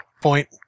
Point